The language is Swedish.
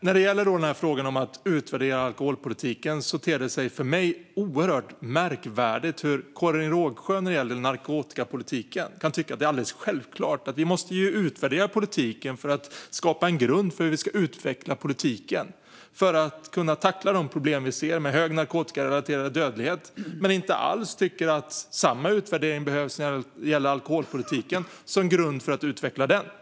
När det gäller frågan om att utvärdera alkoholpolitiken: Det ter sig för mig oerhört märkligt att Karin Rågsjö kan tycka att det är alldeles självklart att vi måste utvärdera narkotikapolitiken för att skapa en grund för hur vi ska utveckla den och tackla de problem vi ser med hög narkotikarelaterad dödlighet, men inte alls tycker att samma typ av utvärdering behövs som grund för att utveckla alkoholpolitiken.